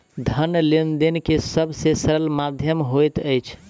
धन लेन देन के सब से सरल माध्यम होइत अछि